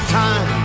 time